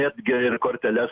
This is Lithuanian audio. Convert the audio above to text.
netgi ir korteles